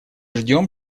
ждем